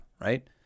right